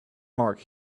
mark